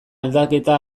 aldaketa